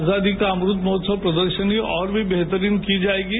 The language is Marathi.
आजादी का अमृत महोत्सव प्रदर्शनी और भी बेहतरीन की जाएगी